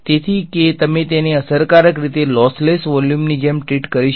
તેથી કે તમે તેને અસરકારક રીતે લોસલેસ વોલ્યુમની જેમ ટ્રીટ કરી શકો છો